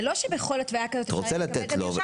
זה לא שבכל התוויה כזו אפשר ישר לקבל מרשם